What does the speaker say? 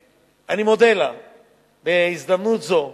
ואני מודה לה בהזדמנות זו מהדוכן,